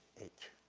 h,